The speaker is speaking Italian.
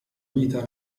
vita